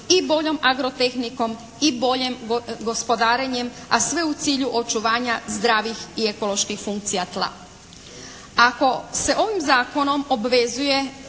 i boljom agrotehnikom i boljim gospodarenjem a sve u cilju očuvanja zdravih i ekoloških funkcija tla. Ako se ovim zakonom obvezuje